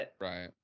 right